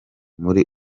muri